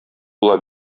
була